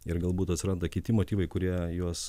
ir galbūt atsiranda kiti motyvai kurie juos